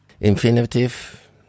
infinitive